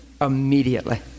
immediately